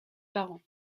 parents